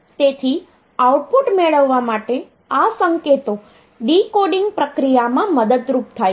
તેથી આઉટપુટ મેળવવા માટે આ સંકેતો ડીકોડિંગ પ્રક્રિયામાં મદદરૂપ થાય છે